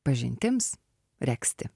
pažintims regzti